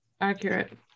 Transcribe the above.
accurate